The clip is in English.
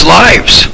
lives